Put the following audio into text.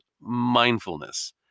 mindfulness